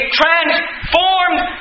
transformed